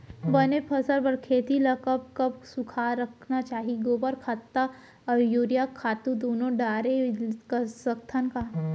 बने फसल बर खेती ल कब कब सूखा रखना चाही, गोबर खत्ता और यूरिया खातू दूनो डारे सकथन का?